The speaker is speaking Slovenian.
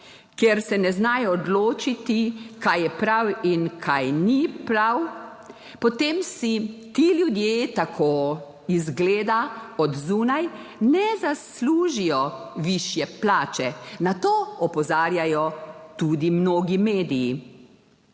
ker se ne znajo odločiti, kaj je prav in kaj ni prav. Potem si ti ljudje, tako izgleda od zunaj, ne zaslužijo višje plače, na to opozarjajo tudi mnogi mediji.